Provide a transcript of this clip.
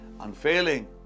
unfailing